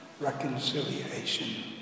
reconciliation